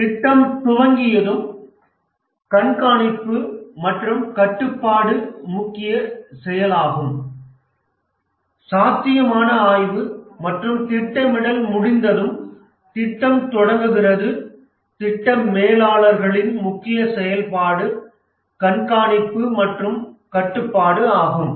திட்டம் துவங்கியதும் கண்காணிப்பு மற்றும் கட்டுப்பாடு முக்கிய செயலாகும் சாத்தியமான ஆய்வு மற்றும் திட்டமிடல் முடிந்ததும் திட்டம் தொடங்குகிறது திட்ட மேலாளர்களின் முக்கிய செயல்பாடு கண்காணிப்பு மற்றும் கட்டுப்பாடு ஆகும்